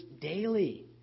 daily